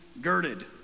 girded